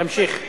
תמשיך.